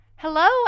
Hello